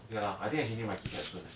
okay lah I think I changing my key cap soon eh